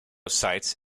sites